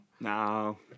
No